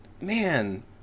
man